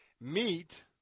meet